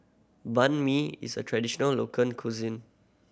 Banh Mi is a traditional local cuisine